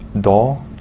door